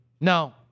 No